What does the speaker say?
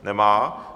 Nemá.